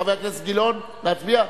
חבר הכנסת גילאון, להצביע?